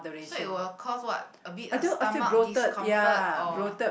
so it will cost what a bit of stomach discomfort or